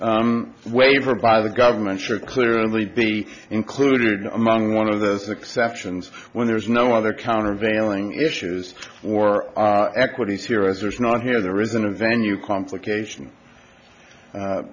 waiver by the government should clearly be included among one of those exceptions when there is no other countervailing issues or equities here as there is not here there isn't a venue complication